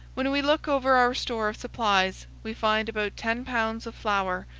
when we look over our store of supplies, we find about ten pounds of flour,